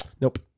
Nope